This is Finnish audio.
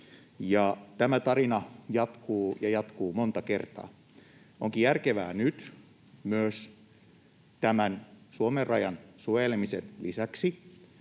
tämä tarina jatkuu ja jatkuu monta kertaa. Onkin järkevää nyt tämän Suomen rajan suojelemisen lisäksi